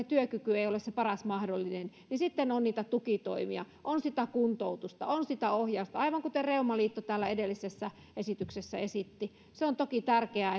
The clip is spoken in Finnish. työkyky ei ole paras mahdollinen on sitten tukitoimia on kuntoutusta on ohjausta aivan kuten reumaliitto täällä edellisessä esityksessä esitti on toki tärkeää